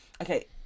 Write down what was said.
okay